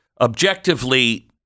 objectively